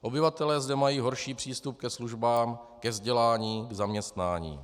Obyvatelé zde mají horší přístup ke službám, ke vzdělání, k zaměstnání.